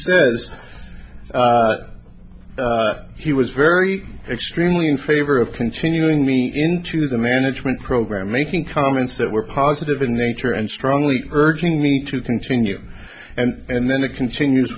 says that he was very extremely in favor of continuing me into the management program making comments that were positive in nature and strongly urging me to continue and then it continues